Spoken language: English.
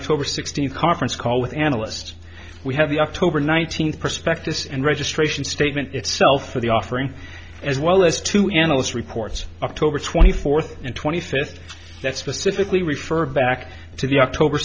october sixteenth conference call with analysts we have the october nineteenth prospectus and registration statement itself for the offering as well as two analyst reports october twenty fourth and twenty fifth that's specifically referred back to the october